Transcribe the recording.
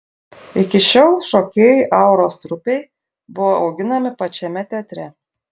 iki šiol šokėjai auros trupei buvo auginami pačiame teatre